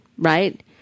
Right